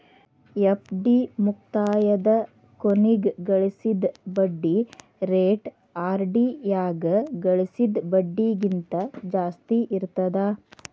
FD ಮುಕ್ತಾಯದ ಕೊನಿಗ್ ಗಳಿಸಿದ್ ಬಡ್ಡಿ ರೇಟ ಆರ್.ಡಿ ಯಾಗ ಗಳಿಸಿದ್ ಬಡ್ಡಿಗಿಂತ ಜಾಸ್ತಿ ಇರ್ತದಾ